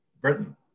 Britain